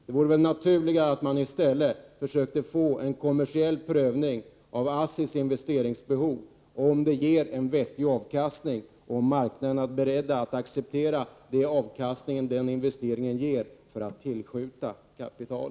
Det vore väl naturligare att försöka få en kommersiell prövning av ASSI:s investeringsbehov, av om det här ger en vettig avkastning och av om marknaden är beredd att acceptera den avkastning som investeringen ger när det gäller att tillskjuta kapital.